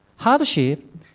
Hardship